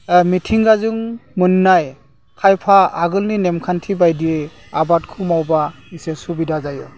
मिथिंगाजों मोन्नाय खायफा आगोलनि नेमखान्थि बायदि आबादखौ मावबा एसे सुबिदा जायो